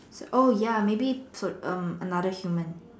oh ya maybe so um another human